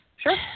Sure